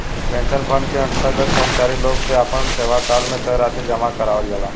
pension fund के अंतर्गत कर्मचारी लोग से आपना सेवाकाल में तय राशि जामा करावल जाला